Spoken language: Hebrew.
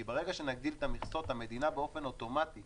כי ברגע שנגדיל את המכסות המדינה באופן אוטומטי